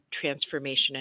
transformation